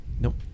Nope